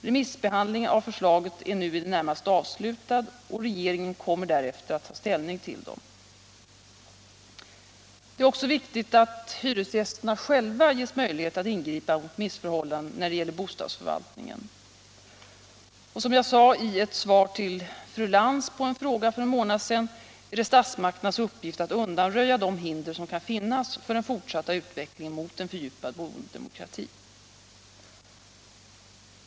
Remissbehandlingen av förslagen är nu i det närmaste avslutad och regeringen kommer därefter att ta ställning till dem. Det är också viktigt att hyresgästerna själva ges möjlighet att ingripa mot missförhållanden när det gäller bostadsförvaltningen. Som jag sade i ett svar till fru Lantz på en fråga för en månad sedan är det statsmakternas uppgift att undanröja de hinder som kan finnas för den fortsatta utvecklingen mot en fördjupad boendedemokrati.